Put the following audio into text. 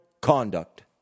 conduct